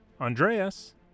Andreas